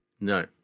no